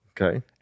Okay